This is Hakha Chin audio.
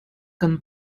kan